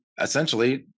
essentially